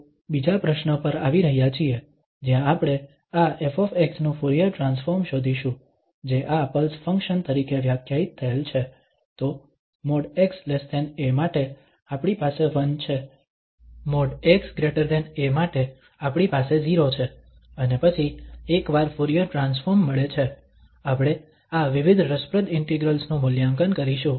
તો બીજા પ્રશ્ન પર આવી રહ્યા છીએ જ્યાં આપણે આ ƒ નું ફુરીયર ટ્રાન્સફોર્મ શોધીશું જે આ પલ્સ ફંક્શન તરીકે વ્યાખ્યાયિત થયેલ છે તો |x|a માટે આપણી પાસે 1 છે |x|a માટે આપણી પાસે 0 છે અને પછી એકવાર ફુરીયર ટ્રાન્સફોર્મ મળે છે આપણે આ વિવિધ રસપ્રદ ઇન્ટિગ્રલ્સ નું મૂલ્યાંકન કરીશું